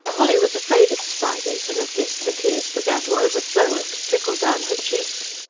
polly was afraid of spiders and at this the tears began to overflow and to trickle down her cheeks.